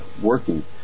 working